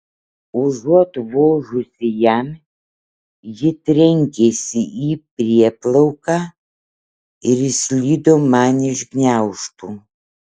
užuot vožusi jam ji trenkėsi į prieplauką ir išslydo man iš gniaužtų